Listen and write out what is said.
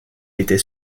était